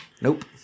Nope